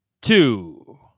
two